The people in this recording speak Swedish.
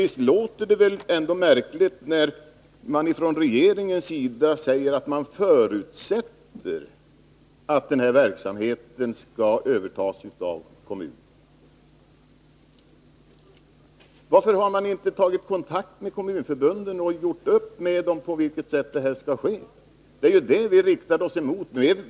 Visst låter det ändå märkligt när regeringen säger, att den förutsätter att den här verksamheten skall övertas av kommunerna. Varför har man inte tagit kontakt med kommunförbunden och gjort upp med dem på vilket sätt det kan ske? Det är ju det vi riktar oss emot.